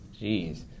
Jeez